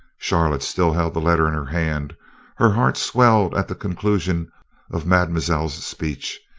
charlotte still held the letter in her hand her heart swelled at the conclusion of mademoiselle's speech,